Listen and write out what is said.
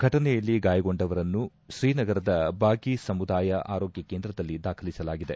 ಫಟನೆಯಲ್ಲಿ ಗಾಯಗೊಂಡವರನ್ನು ಶ್ರೀನಗರದ ಬಾಗಿ ಸಮುದಾಯ ಆರೋಗ್ಲ ಕೇಂದ್ರದಲ್ಲಿ ದಾಖಲಿಸಲಾಗಿದೆ